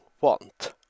want